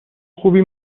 خوبی